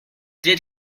did